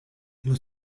nello